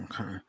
Okay